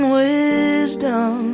wisdom